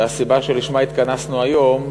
והסיבה שלשמה התכנסנו היום,